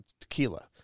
tequila